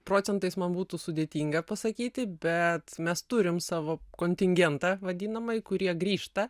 procentais man būtų sudėtinga pasakyti bet mes turim savo kontingentą vadinamąjį kurie grįžta